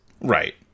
Right